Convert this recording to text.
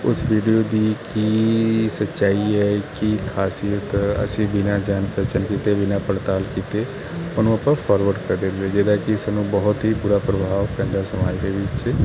ਉਸ ਵੀਡੀਓ ਦੀ ਕੀ ਸੱਚਾਈ ਹੈ ਕੀ ਖਾਸੀਅਤ ਅਸੀਂ ਬਿਨਾਂ ਜਾਣ ਪਛਾਣ ਕੀਤੇ ਬਿਨਾ ਪੜਤਾਲ ਕੀਤੇ ਉਹਨੂੰ ਆਪਾਂ ਫਾਰਵਰਡ ਕਰ ਦਿੰਦੇ ਜਿਹਦਾ ਕਿ ਸਾਨੂੰ ਬਹੁਤ ਹੀ ਬੁਰਾ ਪ੍ਰਭਾਵ ਪੈਂਦਾ ਸਮਾਜ ਦੇ ਵਿੱਚ